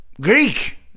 Greek